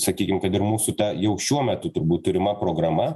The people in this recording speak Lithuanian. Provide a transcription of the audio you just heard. sakykim kad ir mūsų ta jau šiuo metu turbūt turima programa